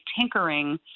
tinkering